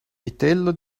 vitello